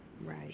Right